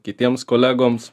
kitiems kolegoms